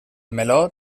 meló